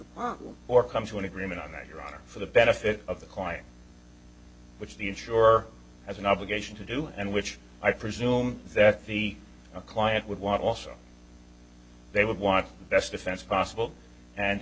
problem or come to an agreement on that your honor for the benefit of the client which the insurer has an obligation to do and which i presume that the client would want also they want best defense possible and